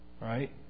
Right